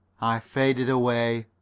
i faded away.